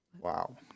wow